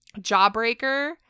Jawbreaker